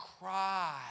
cry